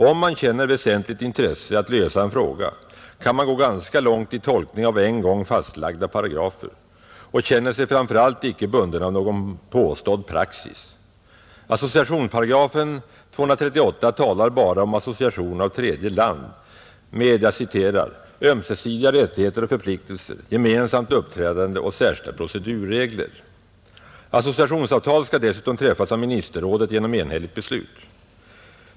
Om man känner väsentligt intresse att lösa en fråga kan man gå ganska långt i tolkning av en gång fastlagda paragrafer och känner sig framför allt icke bunden av någon påstådd praxis. Associationsparagrafen § 238 talar bara om association av tredje land ”med ömsesidiga rättigheter och förpliktelser, gemensamt uppträdande och särskilda procedurregler”. Associationsavtal skall dessutom träffas av ministerrådet genom enhälligt beslut.